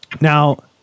Now